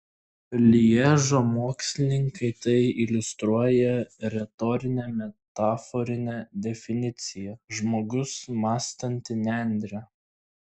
lježo mokslininkai tai iliustruoja retorine metaforine definicija žmogus mąstanti nendrė